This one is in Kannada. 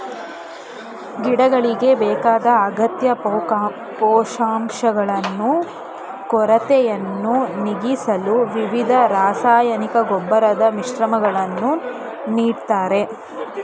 ಗಿಡಗಳಿಗೆ ಬೇಕಾದ ಅಗತ್ಯ ಪೋಷಕಾಂಶಗಳು ಕೊರತೆಯನ್ನು ನೀಗಿಸಲು ವಿವಿಧ ರಾಸಾಯನಿಕ ಗೊಬ್ಬರದ ಮಿಶ್ರಣಗಳನ್ನು ನೀಡ್ತಾರೆ